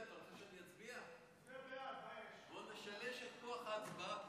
סעיפים 1 2 נתקבלו.